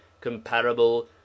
comparable